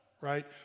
right